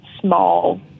small